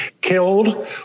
killed